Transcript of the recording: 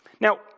Now